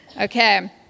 okay